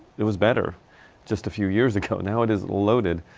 it was better just a few years ago. now it is loaded.